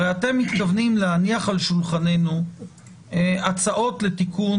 הרי אתם מתכוונים להניח על שולחננו הצעות לתיקון